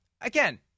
again